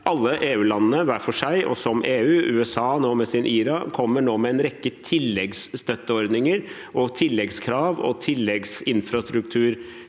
alle EU-landene, hver for seg og som EU, og USA med sin IRA kommer nå med en rekke tilleggsstøtteordninger, tilleggskrav og tilleggsinfrastrukturtilrettelegging